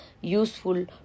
useful